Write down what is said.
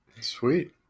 Sweet